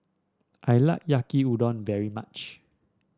I like Yaki Udon very much